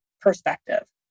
perspective